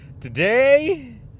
Today